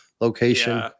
location